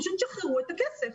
פשוט שחררו את הכסף.